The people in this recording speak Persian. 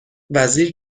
وزیر